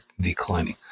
declining